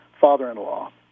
father-in-law